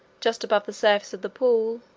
just above the surface of the pool,